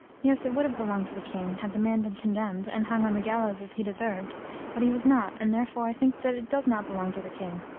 yes, it would have belonged to the king, had the man been condemned, and hung on the gallows as he deserved but he was not, and therefore i think that it does not belong to the king.